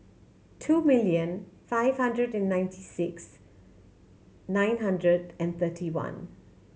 two million five hundred ninety six nine hundred and thirty one